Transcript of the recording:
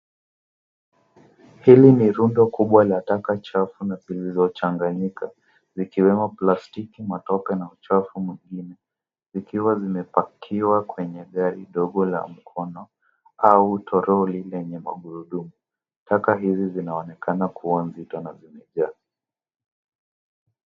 Hili ni rundo kubwa la taka chafu na zilizochanganyika. Zikiwemo plastiki, matoke na uchafu mwingine. Zikiwa zimepakiwa kwenye gari ndogo la mkono au toroli lenye magurudumu. Taka hizi zinaonekana kuwa mzito na zimejaa.